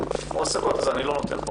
הן מועסקות אז אני לא נותן?